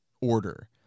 Order